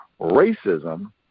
racism